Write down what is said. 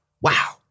Wow